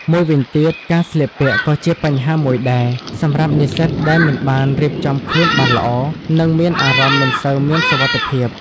មួយវិញទៀត ការស្លៀកពាក់ក៏៏ជាបញ្ហាមួយដែរ សម្រាប់និស្សិតដែលមិនបានរៀបចំខ្លួនបានល្អ នឹងមានអារម្មណ៍មិនសូវមានសុវត្ថិភាព។